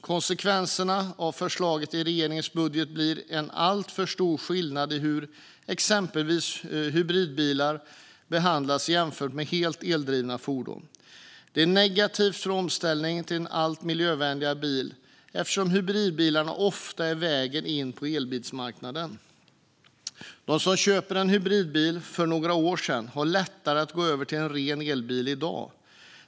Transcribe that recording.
Konsekvenserna av förslaget i regeringens budget blir en alltför stor skillnad i hur exempelvis hybridbilar behandlas jämfört med helt eldrivna fordon. Det är negativt för omställningen till allt miljövänligare bilar, eftersom hybridbilarna ofta är vägen in på elbilsmarknaden. Den som köpte en hybridbil för några år sedan har lättare att gå över till en ren elbil i dag.